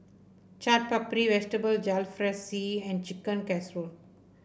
Chaat Papri Vegetable Jalfrezi and Chicken Casserole